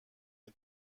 این